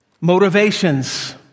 Motivations